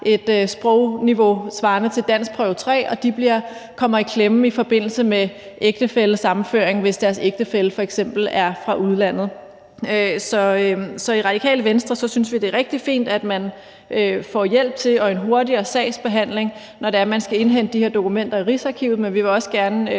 et sprogniveau svarende til danskprøve 3, og de kommer i klemme i forbindelse med ægtefællesammenføring, hvis deres ægtefælle f.eks. er fra udlandet. Så i Radikale Venstre synes vi, det er rigtig fint, at man får hjælp til en hurtigere sagsbehandling, når man skal indhente de her dokumenter i Rigsarkivet, men vi vil også gerne